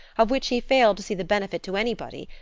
of which he failed to see the benefit to anybody,